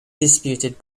disputed